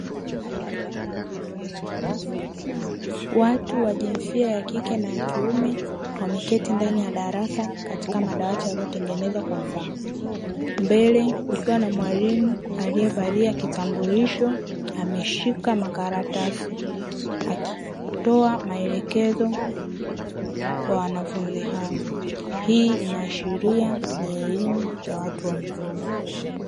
Watu wa jinsia ya kike na kiume wameketi ndani ya darasa katika madawati yaliyotengenezwa kwa mbao, mbele kukiwa na mwalimu aliyevalia kitambulisho ameshika makaratasi akitoa maelekezo kwa wanafunzi hao, hii inaashiria ni elimu ya watu wazima.